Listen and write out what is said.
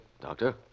Doctor